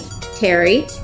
Terry